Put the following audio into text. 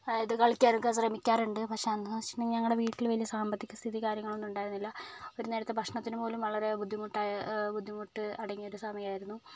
അതായത് കളിക്കാൻ ഒക്കെ ശ്രമിക്കാറുണ്ട് പക്ഷേ അന്ന് എന്ന് വെച്ചിട്ടുണ്ടെങ്കിൽ ഞങ്ങളുടെ വീട്ടിൽ വലിയ സാമ്പത്തികം സ്ഥിതി കാര്യങ്ങളൊന്നും ഉണ്ടായിരുന്നില്ല ഒരു നേരത്തെ ഭക്ഷണത്തിന് പോലും വളരെ ബുദ്ധിമുട്ടാ ബുദ്ധിമുട്ട് അടങ്ങിയിരുന്ന ഒരു സമയമായിരുന്നു